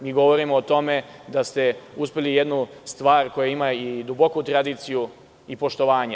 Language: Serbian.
Mi govorimo o tome da ste uspeli jednu stvar koja ima i duboku tradiciju i poštovanje…